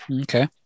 Okay